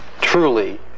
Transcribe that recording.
truly